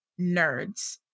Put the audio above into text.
nerds